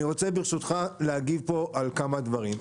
אני רוצה, ברשותך, להגיב פה על כמה דברים.